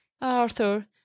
arthur